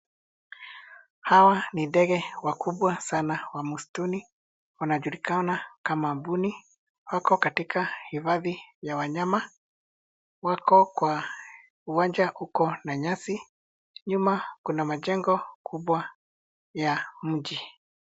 Hawa ni ndege wakubwa sana wa msituni. Wanajulikana kama mbuni. Wako katika hifadhi ya wanyama. Wako kwa uwanja uko na nyasi. Nyuma kuna majengo kubwa ya mji.